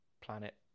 planet